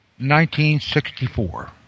1964